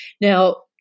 Now